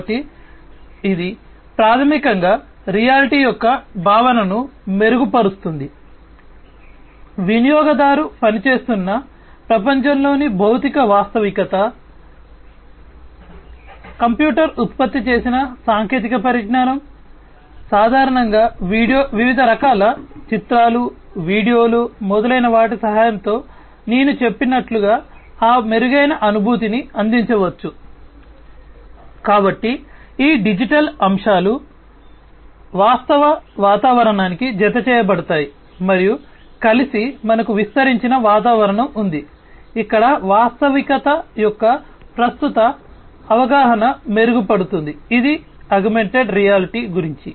కాబట్టి ఇది ప్రాథమికంగా రియాలిటీ యొక్క భావనను మెరుగుపరుస్తుంది వినియోగదారు పనిచేస్తున్న ప్రపంచంలోని భౌతిక వాస్తవికత వాస్తవ వాతావరణానికి జతచేయబడతాయి మరియు కలిసి మనకు విస్తరించిన వాతావరణం ఉంది ఇక్కడ వాస్తవికత యొక్క ప్రస్తుత అవగాహన మెరుగుపడుతుంది ఇది AR గురించి